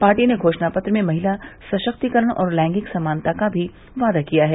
party ने घोषणा पत्र में महिला सशक्तिकरण और लैंगिक समानता का भी वादा किया है